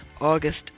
August